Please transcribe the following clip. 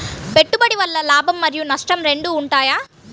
పెట్టుబడి వల్ల లాభం మరియు నష్టం రెండు ఉంటాయా?